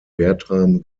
bertram